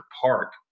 park